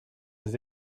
des